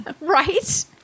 Right